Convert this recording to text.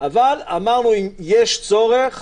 אבל אמרנו שאם יש צורך,